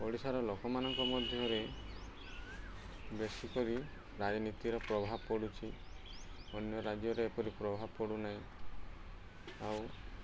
ଓଡ଼ିଶାର ଲୋକମାନଙ୍କ ମଧ୍ୟରେ ବେଶୀ କରି ରାଜନୀତିର ପ୍ରଭାବ ପଡ଼ୁଛି ଅନ୍ୟ ରାଜ୍ୟରେ ଏପରି ପ୍ରଭାବ ପଡ଼ୁନାହିଁ ଆଉ